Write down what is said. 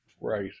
Right